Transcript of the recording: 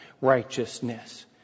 righteousness